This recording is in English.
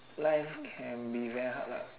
life can be very hard lah